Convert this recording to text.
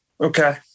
Okay